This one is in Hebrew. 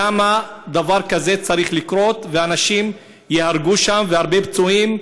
למה דבר כזה צריך לקרות שאנשים ייהרגו שם והרבה פצועים,